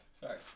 Sorry